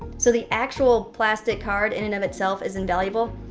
so the actual plastic card in and of itself isn't valuable,